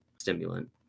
stimulant